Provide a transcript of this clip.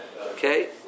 Okay